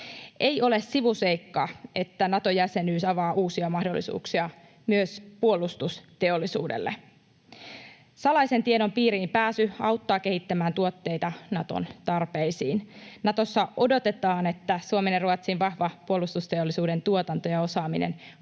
Ei ole sivuseikka, että Nato-jäsenyys avaa uusia mahdollisuuksia myös puolustusteollisuudelle. Salaisen tiedon piiriin pääsy auttaa kehittämään tuotteita Naton tarpeisiin. Natossa odotetaan, että Suomen ja Ruotsin vahva puolustusteollisuuden tuotanto ja osaaminen